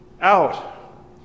out